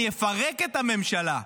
אני אפרק את הממשלה?